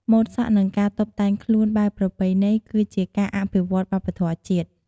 ម៉ូតសក់និងការតុបតែងខ្លួនបែបប្រពៃណីគឺជាការអភិរក្សវប្បធម៌ជាតិ។